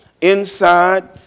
inside